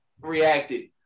reacted